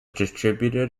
distributed